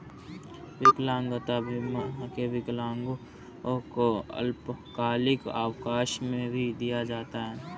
विकलांगता बीमा में विकलांगों को अल्पकालिक अवकाश भी दिया जाता है